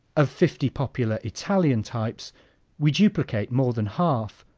of fifty popular italian types we duplicate more than half,